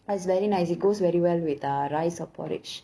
it's very nice it's goes very well with uh rice or porridge